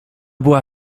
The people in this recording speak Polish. była